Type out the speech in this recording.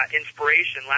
inspiration